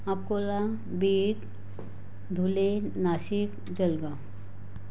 Akola Beed Dhule Nashik Jalgaon